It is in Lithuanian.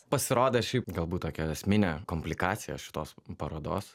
pasirodė šiaip galbūt tokia esminė komplikacija šitos parodos